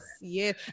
Yes